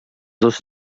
dos